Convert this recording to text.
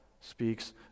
speaks